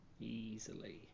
Easily